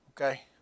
okay